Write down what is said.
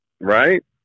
Right